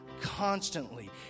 constantly